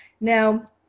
Now